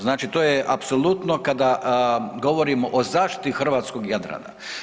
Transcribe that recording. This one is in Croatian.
Znači to je apsolutno kada govorimo o zaštiti hrvatskog Jadrana.